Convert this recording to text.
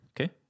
Okay